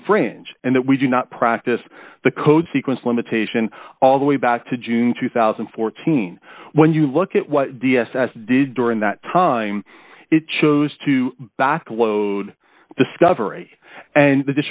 infringe and that we do not practice the code sequence limitation all the way back to june two thousand and fourteen when you look at what d s s did during that time it chose to backload discovery and